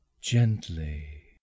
gently